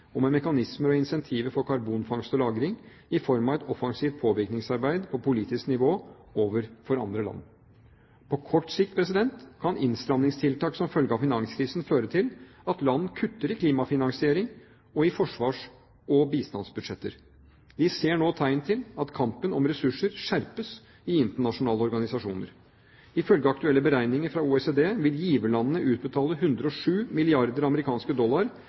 og med mekanismer og incentiver for karbonfangst- og lagring i form av et offensivt påvirkningsarbeid på politisk nivå overfor andre land. På kort sikt kan innstramningstiltak som følge av finanskrisen føre til at land kutter i klimafinansiering og i forsvars- og bistandsbudsjetter. Vi ser nå tegn til at kampen om ressurser skjerpes i internasjonale organisasjoner. Ifølge aktuelle beregninger fra OECD vil giverlandene utbetale 107 milliarder amerikanske dollar